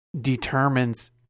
determines